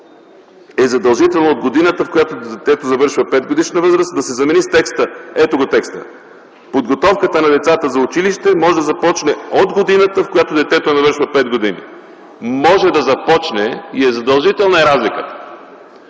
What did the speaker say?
е задължителна от годината, в която детето навършва 5-годишна възраст” да се замени с текста: „Подготовката на децата за училище може да започне от годината, в която детето навършва 5 години”. „Може да започне” и „е задължителна” е разликата.